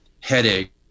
headache